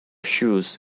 shoes